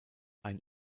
ein